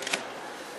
חבר הכנסת